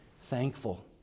thankful